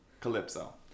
Calypso